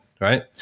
Right